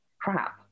crap